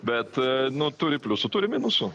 bet nu turi pliusų turi minusų